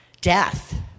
Death